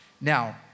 Now